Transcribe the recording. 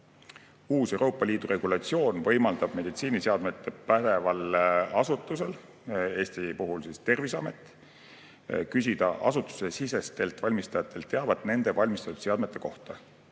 Uus Euroopa Liidu regulatsioon võimaldab meditsiiniseadmete vallas pädeval asutusel, Eesti puhul Terviseametil, küsida asutusesisestelt valmistajatelt teavet nende valmistatud seadmete kohta.